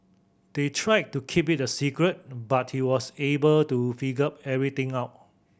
they tried to keep it a secret but he was able to figure everything out